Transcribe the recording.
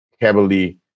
heavily